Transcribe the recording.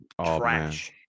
trash